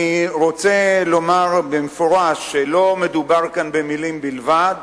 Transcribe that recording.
אני רוצה לומר במפורש, שלא מדובר כאן במלים בלבד.